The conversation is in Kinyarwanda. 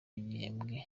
igihembwe